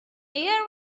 air